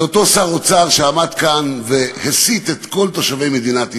זה אותו שר אוצר שעמד כאן והסית את כל תושבי מדינת ישראל,